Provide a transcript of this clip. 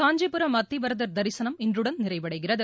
காஞ்சிபுரம் அத்திவரதர் தரிசனம் இன்றுடன் நிறைவடைகிறது